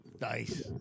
Nice